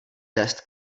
test